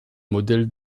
modèle